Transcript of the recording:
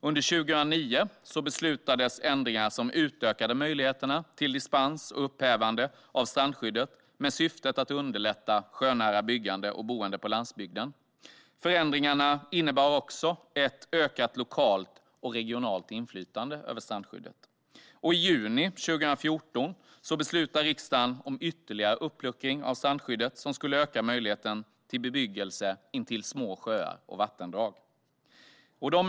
Under 2009 beslutades ändringar som utökade möjligheterna till dispens och upphävande av strandskyddet med syftet att underlätta sjönära byggande och boende på landsbygden. Förändringarna innebar också ett ökat lokalt och regionalt inflytande över strandskyddet. I juni 2014 beslutade riksdagen om ytterligare uppluckring av strandskyddet som skulle öka möjligheten till bebyggelse intill små sjöar och vattendrag.